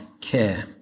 care